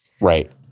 Right